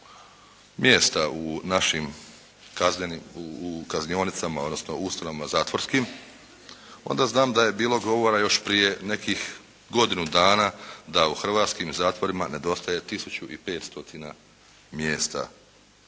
mjesta u našim kaznenim, u kaznionicama, odnosno ustanovama zatvorskim, onda znam da je bilo govora još prije nekih godinu dana da u hrvatskim zatvorima nedostaje 1500 mjesta